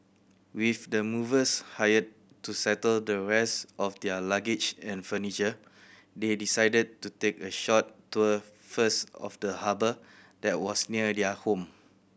with the movers hired to settle the rest of their luggage and furniture they decided to take a short tour first of the harbour that was near their home